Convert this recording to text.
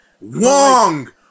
Wong